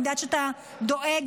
אני יודעת שאתה דואג,